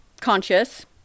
conscious